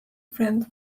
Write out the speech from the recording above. friend